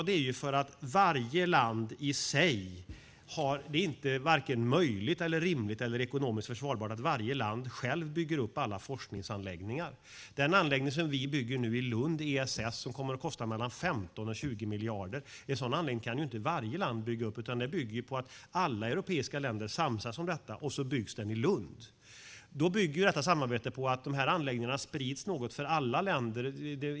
Det är varken möjligt, rimligt eller ekonomiskt försvarbart att varje land för sig själv bygger upp alla forskningsanläggningar. Den ESS-anläggning som vi nu bygger i Lund kommer att kosta 15-20 miljarder. En sådan anläggning kan inte varje land bygga upp. Det bygger på att alla länder samsas om detta, och så byggs den i Lund. Detta samarbete bygger på att dessa anläggningar sprids lite för alla länder.